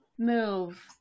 move